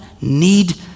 need